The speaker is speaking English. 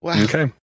okay